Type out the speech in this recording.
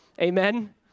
Amen